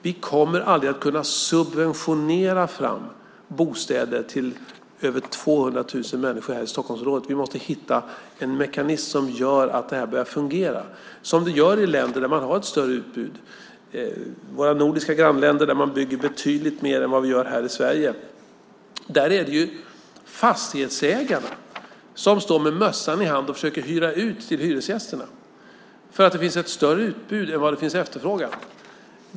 Vi kommer aldrig att kunna subventionera fram bostäder till över 200 000 människor i Stockholmsområdet. I stället måste vi hitta en mekanism som gör att det börjar fungera såsom det gör i länder med ett större utbud. I våra nordiska grannländer bygger man betydligt mer än i Sverige, och där är det fastighetsägarna som står med mössan i hand och försöker hyra ut till hyresgästerna eftersom utbudet är större än efterfrågan.